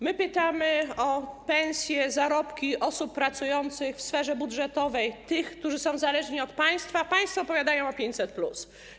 My pytamy o zarobki osób pracujących w sferze budżetowej, tych, które są zależne od państwa, a państwo opowiadają o 500+.